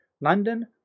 London